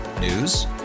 News